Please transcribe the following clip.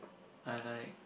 I like